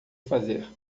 fazer